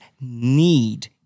need